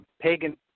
pagan